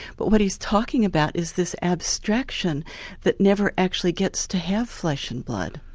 but what he's talking about is this abstraction that never actually gets to have flesh and blood.